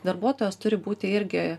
darbuotojas turi būti irgi